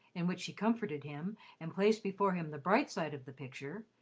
in which she comforted him and placed before him the bright side of the picture,